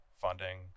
funding